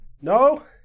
No